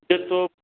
ये तो